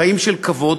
חיים של כבוד,